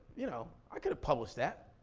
you know, i could have published that.